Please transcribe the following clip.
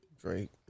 Drake